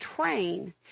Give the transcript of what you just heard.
train